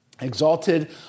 exalted